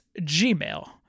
gmail